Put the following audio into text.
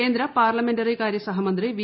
കേന്ദ്ര പാർലമെന്ററികാര്യ സഹമന്ത്രി വി